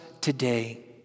today